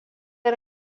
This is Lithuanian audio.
yra